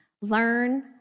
learn